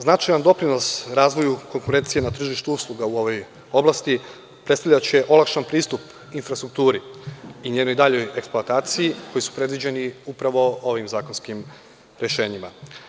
Značajan doprinos razvoju konkurencije na tržištu usluga u ovoj oblasti predstavljaće olakšan pristup infrastrukturi i njenoj daljoj eksploataciji, koji su predviđeni upravo ovim zakonskim rešenjima.